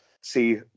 see